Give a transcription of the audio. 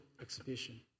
exhibition